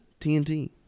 TNT